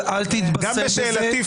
אל תתבשם בזה,